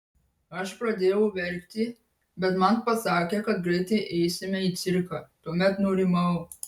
aš pradėjau verkti bet man pasakė kad greitai eisime į cirką tuomet nurimau